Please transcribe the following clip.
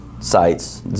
Sites